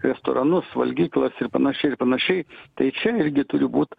restoranus valgyklas ir panašiai ir panašiai tai čia irgi turi būt